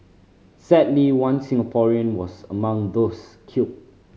sadly one Singaporean was among those killed